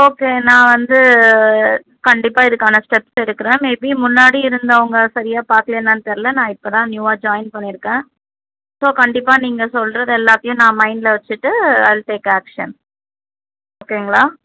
okay நான் வந்து கண்டிப்பாக இதுக்கான ஸ்டெப்ஸ் எடுக்கிறேன் மேபி முன்னாடி இருந்தவங்க சரியாக பார்க்கலையா என்னென்னு தெரில நான் இப்போதான் நியூவாக ஜாயின் பண்ணியிருக்கேன் ஸோ கண்டிப்பாக நீங்கள் சொல்கிறது எல்லாத்தையும் நான் மைண்ட்டில் வச்சுட்டு ஐ வில் டேக் ஆக்ஷன் ஓகேங்களா